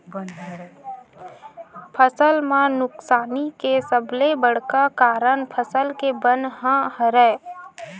फसल म नुकसानी के सबले बड़का कारन फसल के बन ह हरय